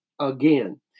again